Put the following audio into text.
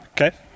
Okay